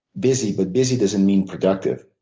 busy but busy doesn't mean productive,